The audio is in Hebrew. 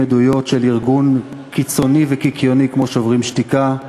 עדויות של ארגון קיצוני וקיקיוני כמו "שוברים שתיקה";